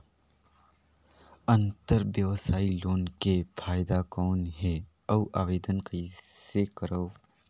अंतरव्यवसायी लोन के फाइदा कौन हे? अउ आवेदन कइसे करव?